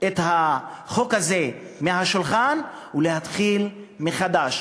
את החוק הזה מהשולחן ולהתחיל מחדש.